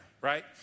right